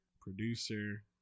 producer